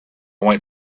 went